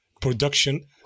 production